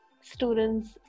students